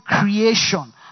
creation